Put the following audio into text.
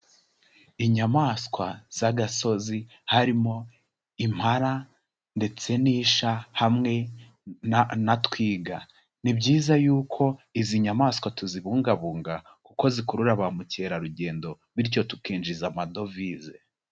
Inyamaswa z'agasozi harimo impala ndetse n'isha, hamwe na twiga, ni byiza yuko izi nyamaswa tuzibungabunga kuko zikurura ba mukerarugendo, bityo tukinjiza amadovize.